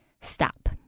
STOP